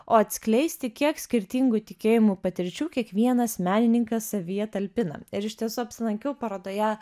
o atskleisti kiek skirtingų tikėjimų patirčių kiekvienas menininkas savyje talpina ir iš tiesų apsilankiau parodoje